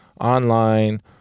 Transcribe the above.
online